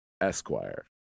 Esquire